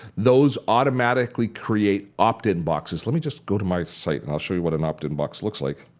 those automatically create opt-in boxes. let me just go to my site and i'll show you what an opt-in box looks like.